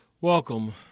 Welcome